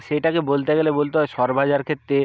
সেটাকে বলতে গেলে বলতে হয় স্বর ভাজার ক্ষেত্রে